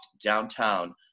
downtown